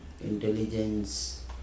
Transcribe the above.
intelligence